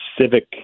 civic